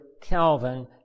Calvin